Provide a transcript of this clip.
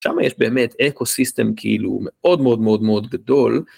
שם יש באמת אקו סיסטם כאילו מאוד מאוד גדול.